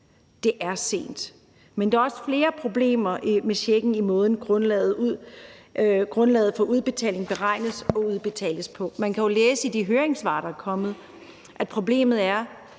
Det er sent. Men der er også flere problemer med checken i måden, grundlaget for udbetalingen beregnes og udbetales på. Man kan jo læse i de høringssvar, der er kommet, at problemet er,